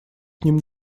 ним